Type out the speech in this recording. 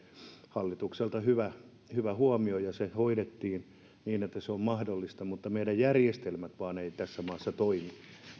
hallitukselta hyvä hyvä huomio ja se hoidettiin niin että se on mahdollista mutta meidän järjestelmämme vain eivät tässä maassa toimi